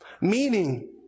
Meaning